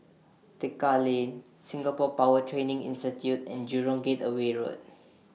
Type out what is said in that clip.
Tekka Lane Singapore Power Training Institute and Jurong Gateway Road